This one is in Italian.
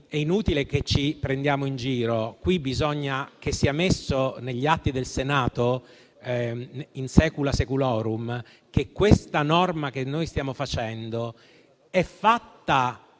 è inutile che ci prendiamo in giro: qui bisogna che sia messo agli atti del Senato, *in secula seculorum*, che questa norma è fatta